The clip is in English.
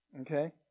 Okay